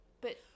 But-